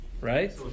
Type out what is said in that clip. right